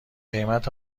قیمت